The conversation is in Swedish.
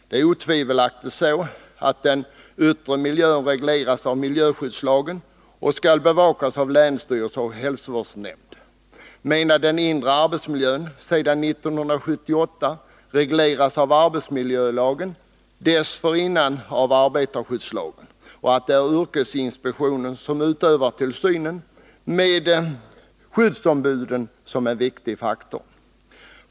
Det är otvivelaktigt så att den yttre miljön regleras av miljöskyddslagen och skall bevakas av länsstyrelse och hälsovårdsnämnd, medan den inre miljön, arbetsmiljön, sedan 1978 regleras av arbetsmiljölagen — dessförinnan reglerades den av arbetarskyddslagen — där yrkesinspektionen utövar tillsynen och där är skyddsombuden är en viktig faktor.